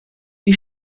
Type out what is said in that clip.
die